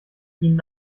ihnen